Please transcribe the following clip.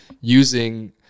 using